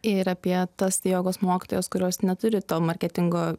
ir apie tas jogos mokytojas kurios neturi to marketingo